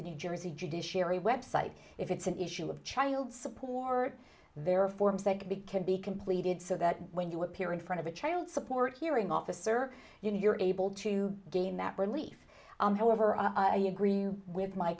the new jersey judiciary website if it's an issue of child support there are forms that can be can be completed so that when you appear in front of a child support hearing officer you're able to gain that relief however i agree with my